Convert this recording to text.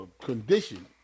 condition